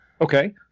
Okay